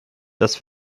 das